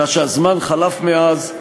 אלא שהזמן חלף מאז,